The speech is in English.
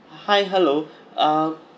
hi hello uh